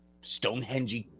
Stonehenge